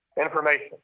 Information